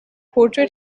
portrait